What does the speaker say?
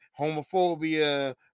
homophobia